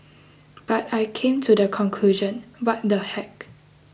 but I came to the conclusion what the heck